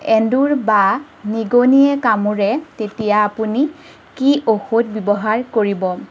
এন্দুৰ বা নিগনিয়ে কামোৰে তেতিয়া আপুনি কি ঔষধ ব্যৱহাৰ কৰিব